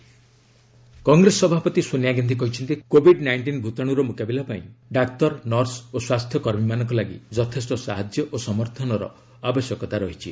Congress president Congress ସଭାପତି ସୋନିଆ ଗାନ୍ଧି କହିଛନ୍ତି Covid nineteen ଭୂତାଣୁର ମୁକାବିଲା ପାଇଁ ଡାକ୍ତର ନର୍ସ ଓ ସ୍ୱାସ୍ଥ୍ୟ କର୍ମୀମାନଙ୍କ ଲାଗି ଯଥେଷ୍ଟ ସାହାଯ୍ୟ ଓ ସମର୍ଥନର ଆବଶ୍ୟକତା ରହିଛି